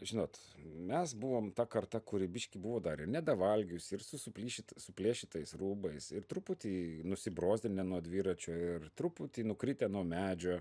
žinot mes buvom ta karta kuri biškį buvo dar ir nedavalgiusi ir su suplyšita suplėšytais rūbais ir truputį nusibrozdinę nuo dviračio ir truputį nukritę nuo medžio